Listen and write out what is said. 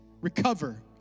recover